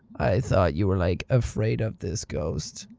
i thought you were like afraid of this ghost?